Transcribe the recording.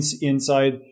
inside